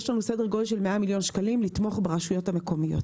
יש לנו סדר גודל של 100 מיליון שקלים לתמוך ברשויות המקומיות.